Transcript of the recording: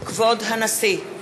כבוד הנשיא!